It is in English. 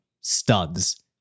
studs